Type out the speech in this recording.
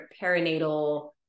perinatal